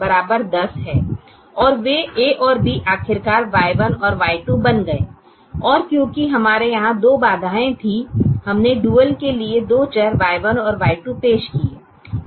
और वे A और B आखिरकार Y1 और Y2 बन गए और क्योंकि हमारे यहां दो बाधाएं थीं हमने डुअल के लिए दो चर Y1 और Y2 पेश किए